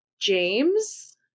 James